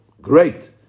great